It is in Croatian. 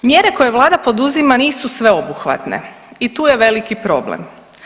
Mjere koje vlada poduzima nisu sveobuhvatne i tu je veliki problem.